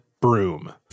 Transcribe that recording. broom